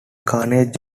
carnage